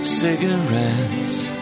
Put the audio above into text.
cigarettes